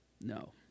No